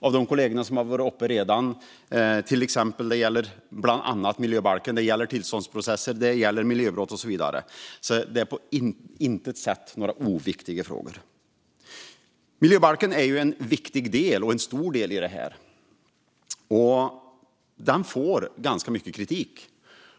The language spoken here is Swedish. Av de kollegor som redan har varit uppe i talarstolen har vi hört att det gäller bland annat miljöbalken, tillståndsprocesser, miljöbrott och så vidare. Det är alltså på intet sätt några oviktiga frågor. Miljöbalken är en viktig och stor del i detta. Den får ganska mycket kritik.